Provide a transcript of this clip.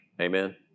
Amen